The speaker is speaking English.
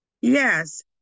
yes